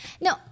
no